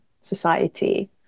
society